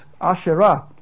Asherah